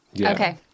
Okay